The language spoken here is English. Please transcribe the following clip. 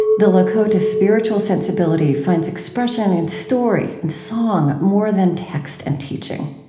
the lakota spiritual sensibility finds expression in story and song more than text and teaching.